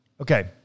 Okay